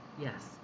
yes